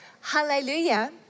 Hallelujah